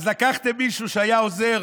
אז לקחתם מישהו שהיה עוזר